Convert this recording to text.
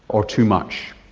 or too much.